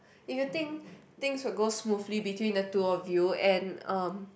if you think things will go smoothly between the two of you and um